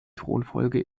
thronfolge